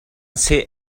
seh